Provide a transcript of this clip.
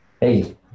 Hey